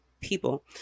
people